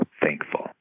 thankful